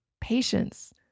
patience